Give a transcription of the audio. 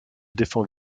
défend